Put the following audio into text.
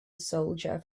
soldier